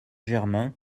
germain